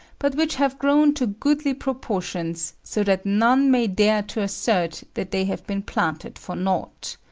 but which have grown to goodly proportions, so that none may dare to assert that they have been planted for nought.